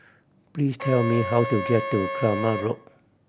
please tell me how to get to Kramat Road